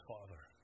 Father